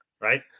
Right